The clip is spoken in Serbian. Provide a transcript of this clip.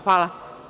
Hvala.